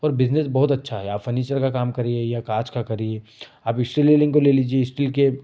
और बिजनेस बहुत अच्छा है आप फर्नीचर का काम करिए या काँच का करिए आप स्टील रेलिंग को ले लीजिए स्टील के